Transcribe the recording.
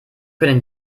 können